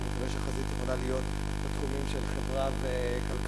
אני מקווה שהחזית יכולה להיות בתחומים של חברה וכלכלה,